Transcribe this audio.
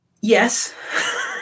Yes